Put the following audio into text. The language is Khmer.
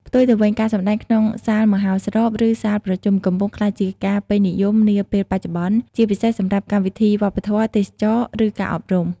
ផ្ទុយទៅវិញ ការសម្តែងក្នុងសាលមហោស្រព ឬសាលប្រជុំ កំពុងក្លាយជាការពេញនិយមនាពេលបច្ចុប្បន្ន ជាពិសេសសម្រាប់កម្មវិធីវប្បធម៌ ទេសចរណ៍ ឬការអប់រំ។